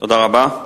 תודה רבה.